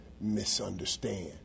misunderstand